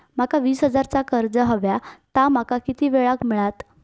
माका वीस हजार चा कर्ज हव्या ता माका किती वेळा क मिळात?